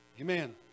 Amen